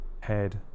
head